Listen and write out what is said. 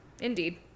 Indeed